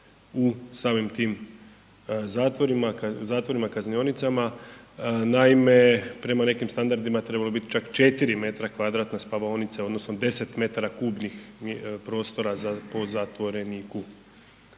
zatvorima, zatvorima, kaznionicama, naime prema nekim standardima trebalo bi bit čak 4m2 spavaonice odnosno 10m3 prostora po zatvoreniku,